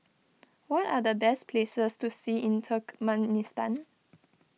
what are the best places to see in Turkmenistan